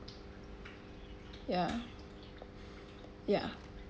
ya ya